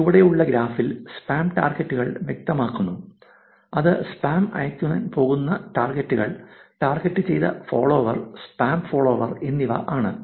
ചുവടെയുള്ള ഗ്രാഫിൽ സ്പാം ടാർഗെറ്റുകൾ വ്യക്തമാക്കുന്നു അത് സ്പാം അയയ്ക്കാൻ പോകുന്ന ടാർഗെറ്റുകൾ ടാർഗെറ്റുചെയ്ത ഫോളോവർ സ്പാം ഫോളോവർ എന്നിവ ആണ്